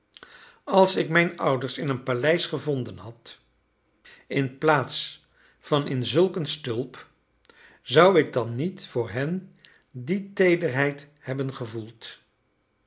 als ik mijn ouders in een paleis gevonden had inplaats van in zulk een stulp zou ik dan niet voor hen die teederheid hebben gevoeld